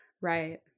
Right